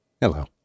Hello